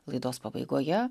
laidos pabaigoje